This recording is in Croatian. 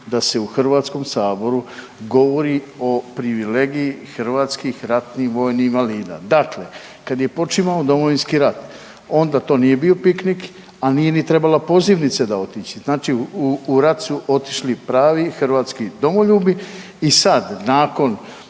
da se u Hrvatskom saboru govori o privilegiji hrvatskih ratnih vojnih invalida. Dakle, kada je počimao Domovinski rat onda to nije bio piknik, a nije ni trebala pozivnica otići. Znači u rat su otišli pravi hrvatski domoljubi i sad nakon